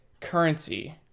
currency